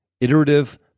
iterative